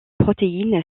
protéines